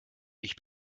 ich